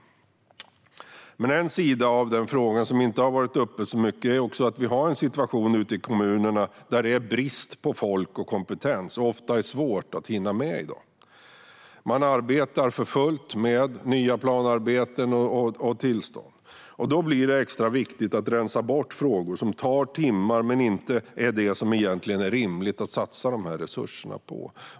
En sida av denna fråga som inte har varit uppe så mycket är att vi har en situation ute i kommunerna med brist på folk och kompetens. Ofta är det svårt att hinna med. Man arbetar för fullt med nya planarbeten och tillstånd, och då blir det extra viktigt att rensa bort frågor som tar timmar men som det egentligen inte är rimligt att satsa resurserna på.